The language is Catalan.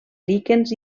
líquens